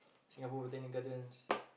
Singapore-Botanic-Gardens